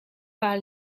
par